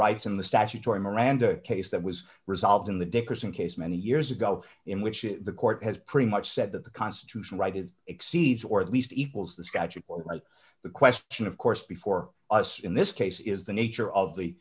rights and the statutory miranda case that was resolved in the dickerson case many years ago in which the court has pretty much said that the constitutional right is exceeds or at least equals the statute or the question of course before us in this case is the nature of the